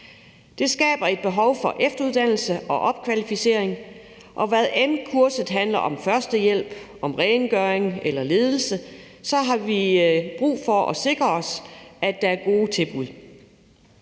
Det skaber et behov for efteruddannelse og opkvalificering. Og hvad end kurset handler om førstehjælp, rengøring eller ledelse, har vi brug for at sikre os, at der er gode tilbud.